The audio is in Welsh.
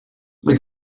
mae